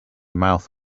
mouth